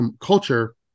culture